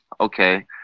okay